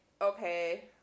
okay